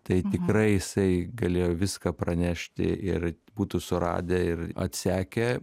tai tikrai jisai galėjo viską pranešti ir būtų suradę ir atsekę